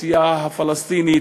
באוכלוסייה הפלסטינית.